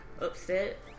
upset